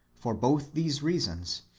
for both these reasons,